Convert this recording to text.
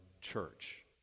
church